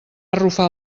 arrufar